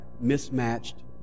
mismatched